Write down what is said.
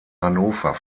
hannover